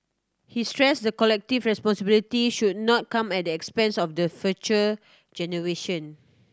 he stressed the collective responsibility should not come at the expense of the future generation